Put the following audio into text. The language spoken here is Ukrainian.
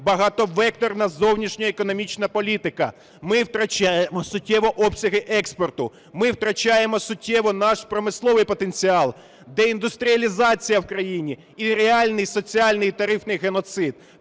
багатовекторна зовнішньоекономічна політика. Ми втрачаємо суттєво обсяги експорту. Ми втрачаємо суттєво наш промисловий потенціал, деіндустріалізація в країні і реальний соціальний тарифний геноцид.